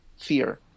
fear